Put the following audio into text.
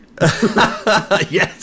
Yes